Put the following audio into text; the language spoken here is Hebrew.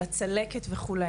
על הצלקת וכו',